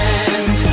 end